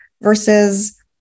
versus